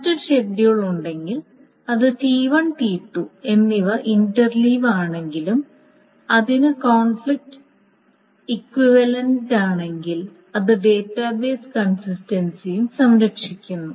മറ്റൊരു ഷെഡ്യൂൾ ഉണ്ടെങ്കിൽ അത് T1 T2 എന്നിവ ഇന്റർലീവ് ആണെങ്കിലും അതിന് കോൺഫ്ലിക്റ്റ് ഇക്വിവലൻററുമാണെങ്കിൽ അത് ഡാറ്റാബേസ് കൺസിസ്റ്റൻസിയും സംരക്ഷിക്കുന്നു